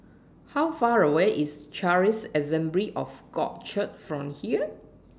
How Far away IS Charis Assembly of God Church from here